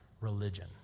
religion